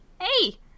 Hey